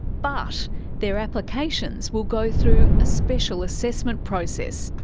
but their applications will go through a special assessment process.